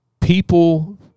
people